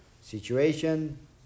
situation